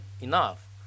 enough